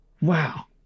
wow